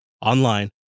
online